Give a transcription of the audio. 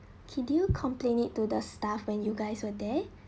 can you complain it to the staff when you guys were there